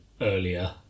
earlier